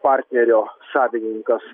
partnerio savininkas